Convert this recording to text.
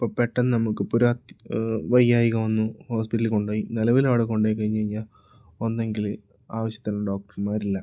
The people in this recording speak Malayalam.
ഇപ്പം പെട്ടെന്ന് നമുക്കിപ്പം ഒരിത് വയ്യായ്ക വന്നു ഹോസ്പിറ്റലിൽ കൊണ്ടുപോയി നിലവിലവിടെ കൊണ്ടുപോയി കഴിഞ്ഞ് കഴിഞ്ഞാൽ ഒന്നെങ്കില് ആവശ്യത്തിന് ഡോക്ടർമാരില്ല